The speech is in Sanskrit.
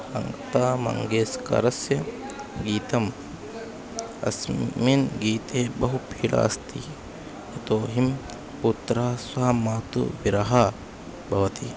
लता मङ्गेश्करस्य गीतम् अस्मिन् गीते बहु पीडा अस्ति यतोहि पुत्रः स्व मातुः विरहः भवति